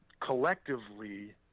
collectively